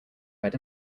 red